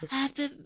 Happy